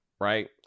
right